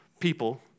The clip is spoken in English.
people